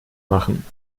machen